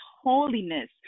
holiness